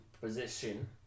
position